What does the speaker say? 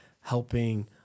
helping